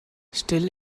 still